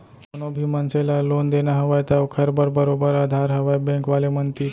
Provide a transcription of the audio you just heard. कोनो भी मनसे ल लोन देना हवय त ओखर बर बरोबर अधार हवय बेंक वाले मन तीर